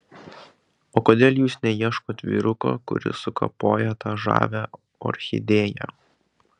o kodėl jūs neieškot vyruko kuris sukapojo tą žavią orchidėją